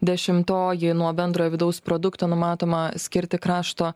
dešimtoji nuo bendrojo vidaus produkto numatoma skirti krašto